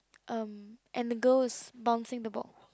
um and the girl is bouching the ball